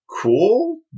cool